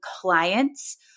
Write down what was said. clients